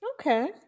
Okay